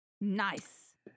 Nice